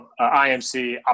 IMC